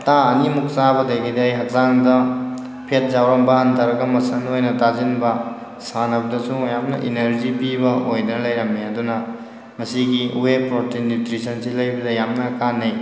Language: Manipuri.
ꯍꯞꯇꯥ ꯑꯅꯤꯃꯨꯛ ꯆꯥꯕꯗꯒꯤꯗꯤ ꯑꯩ ꯍꯛꯆꯥꯡꯗ ꯐꯦꯠ ꯌꯥꯎꯔꯝꯕ ꯍꯟꯊꯔꯒ ꯃꯣꯁꯟꯗ ꯑꯣꯏꯅ ꯇꯥꯁꯤꯟꯕ ꯁꯥꯟꯅꯕꯗꯁꯨ ꯌꯥꯝꯅ ꯏꯅꯔꯖꯤ ꯄꯤꯕ ꯑꯣꯏꯗꯅ ꯂꯩꯔꯝꯃꯦ ꯑꯗꯨꯅ ꯃꯁꯤꯒꯤ ꯋꯦ ꯄ꯭ꯔꯣꯇꯤꯟ ꯅ꯭ꯌꯨꯇ꯭ꯔꯤꯁꯟꯁꯤ ꯂꯩꯕꯗ ꯌꯥꯝꯅ ꯀꯥꯅꯅꯩ